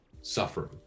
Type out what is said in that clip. suffering